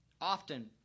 Often